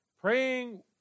praying